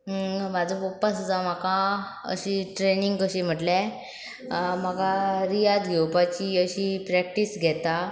म्हाजो पप्पा स आसा म्हाका अशी ट्रेनींग कशी म्हटल्या म्हाका रियाज घेवपाची अशी प्रॅक्टीस घेता